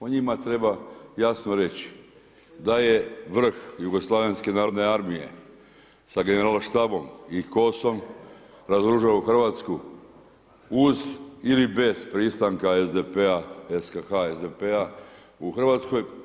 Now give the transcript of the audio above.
O njima treba jasno reći da je vrh Jugoslavenske narodne armije sa generalštabom i KOS-om razoružao Hrvatsku uz ili bez pristanka SDP-a SKH SDP-a u Hrvatskoj.